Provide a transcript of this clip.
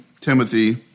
Timothy